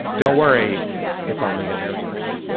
don't worry it's only gonna get worse.